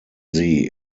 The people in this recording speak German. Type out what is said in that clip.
sie